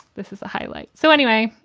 this is a highlight. so anyway,